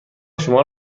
شما